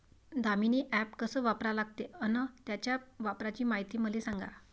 Damini app कस वापरा लागते? अन त्याच्या वापराची मायती मले सांगा